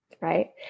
right